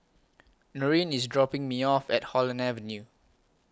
Norine IS dropping Me off At Holland Avenue